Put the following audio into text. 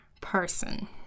person